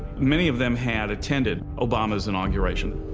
many of them had attended obama's inauguration.